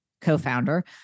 co-founder